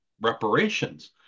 reparations